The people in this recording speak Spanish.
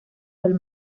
del